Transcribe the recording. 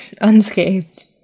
unscathed